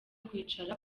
kwicara